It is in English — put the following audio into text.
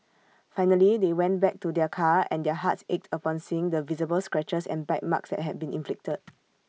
finally they went back to their car and their hearts ached upon seeing the visible scratches and bite marks that had been inflicted